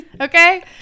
Okay